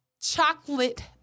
chocolate